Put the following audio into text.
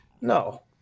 No